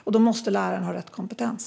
Lärarna måste ha rätt kompetens.